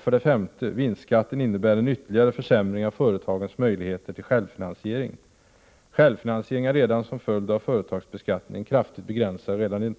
För det femte: Vinstskatten innebär en ytterligare försämring av företagens möjligheter till självfinansiering. Redan som en följd av företagsbeskattningen är självfinansieringen kraftigt begränsad,